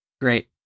great